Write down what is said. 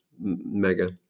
Mega